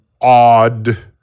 odd